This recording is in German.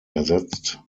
ersetzt